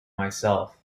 myself